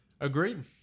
Agreed